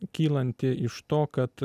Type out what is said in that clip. kylanti iš to kad